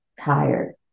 tired